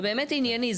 זה באמת ענייני.